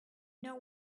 know